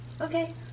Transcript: okay